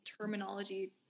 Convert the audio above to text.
terminology